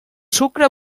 sucre